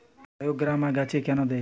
বায়োগ্রামা গাছে কেন দেয়?